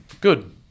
good